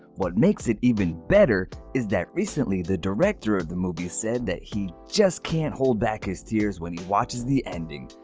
what makes it even better, is that recently the director of the movie said that he just can't hold back his tears when he watches the ending.